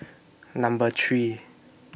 Number three